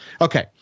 Okay